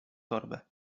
torbę